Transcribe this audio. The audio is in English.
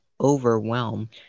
overwhelm